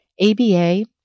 ABA